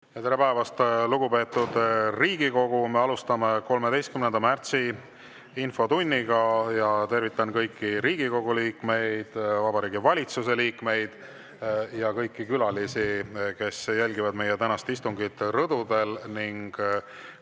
Tere päevast, lugupeetud Riigikogu! Me alustame 13. märtsi infotundi. Tervitan kõiki Riigikogu liikmeid, Vabariigi Valitsuse liikmeid ja kõiki külalisi, kes jälgivad meie tänast istungit rõdudel, ning